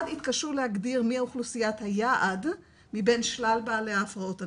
אחד התקשו להגדיר מי האוכלוסיית היעד מבין שלל בעלי ההפרעות הנפשיות,